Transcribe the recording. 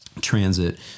transit